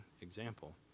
example